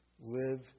Live